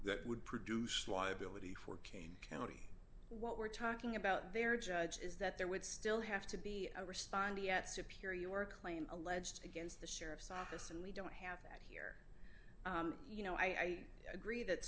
that would produce liability for kaine county what we're talking about there judge is that there would still have to be a respond yet superior your claim alleged against the sheriff's office and we don't have that here you know i agree that